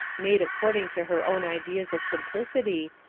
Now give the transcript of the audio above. made according to her own ideas of simplicity,